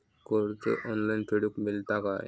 कर्ज ऑनलाइन फेडूक मेलता काय?